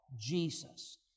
Jesus